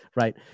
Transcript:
right